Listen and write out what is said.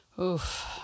Oof